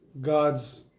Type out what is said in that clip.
God's